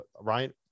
Ryan